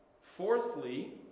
Fourthly